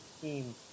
team